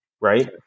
Right